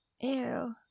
Ew